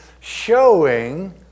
showing